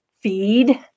feed